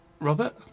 Robert